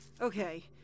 Okay